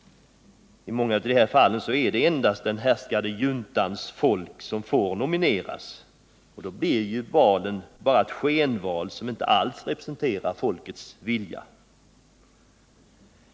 I många av de här fallen är det endast den härskande juntans folk som får nomineras. Och då blir ju valen bara skenval som inte alls återspeglar folkets vilja.